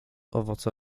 owoce